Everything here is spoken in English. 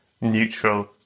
neutral